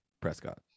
Prescott